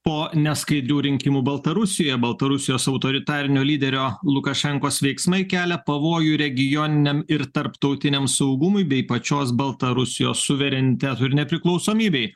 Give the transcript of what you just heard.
po neskaidrių rinkimų baltarusijoje baltarusijos autoritarinio lyderio lukašenkos veiksmai kelia pavojų regioniniam ir tarptautiniam saugumui bei pačios baltarusijos suverenitetui ir nepriklausomybei